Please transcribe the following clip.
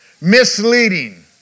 Misleading